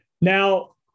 Now